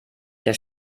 der